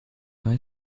quand